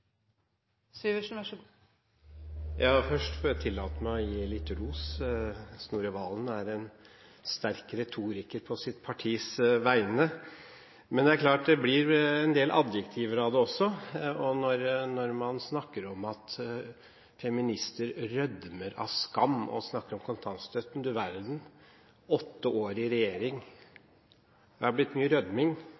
Først får jeg tillate meg å gi litt ros. Snorre Serigstad Valen er en sterk retoriker på sitt partis vegne. Men det er klart at det blir en del adjektiver av det også, og når man snakker om at feminister rødmer i skam av kontantstøtten – du verden, åtte år i regjering!